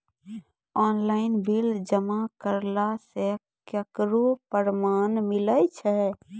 Online bill जमा करला से ओकरौ परमान मिलै छै?